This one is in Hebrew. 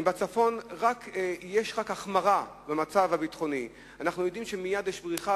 אם בצפון יש רק החמרה במצב הביטחוני אנחנו יודעים שמייד יש בריחה,